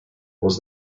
was